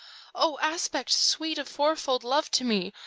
o aspect sweet of fourfold love to me,